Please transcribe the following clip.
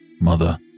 mother